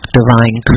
divine